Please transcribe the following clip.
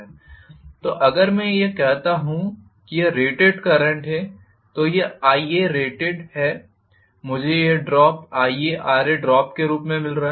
तो अगर मैं यह वास्तव में कहता हूं कि यह रेटेड करंट है तो यह Iarated है मुझे यह ड्रॉपIaRaड्रॉप के रूप में मिल रहा है